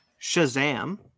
Shazam